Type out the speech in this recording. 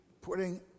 putting